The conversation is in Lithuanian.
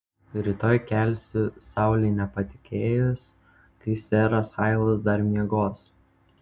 rytoj kelsiu saulei nepatekėjus kai seras hailas dar miegos